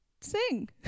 sing